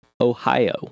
Ohio